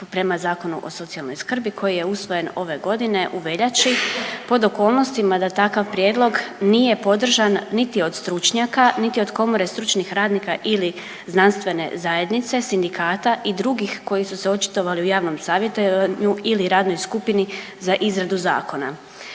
prema Zakonu o socijalnoj skrbi koji je usvojen ove godine u veljači pod okolnostima da takav prijedlog nije podržan niti od stručnjaka, niti od komore stručnih radnika ili znanstvene zajednice, sindikata i drugih koji su se očitovali u javnom savjetovanju ili radnoj skupini za izradu zakona.